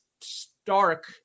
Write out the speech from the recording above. stark